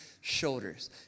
shoulders